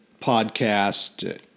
podcast